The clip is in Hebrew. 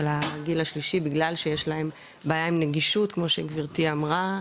הגיל השלישי בגלל שיש להם בעיה עם נגישות כמו שגברתי אמרה.